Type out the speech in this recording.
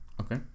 Okay